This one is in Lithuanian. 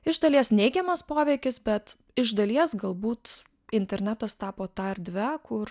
iš dalies neigiamas poveikis bet iš dalies galbūt internetas tapo ta erdve kur